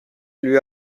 lui